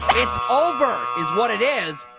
it's over, is what it is.